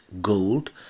gold